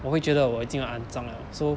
我会觉得我已经很肮脏了 so